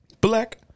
Black